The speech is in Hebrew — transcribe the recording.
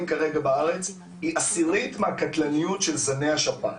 כרגע בארץ היא עשירית מהקטלניות של זני השפעת.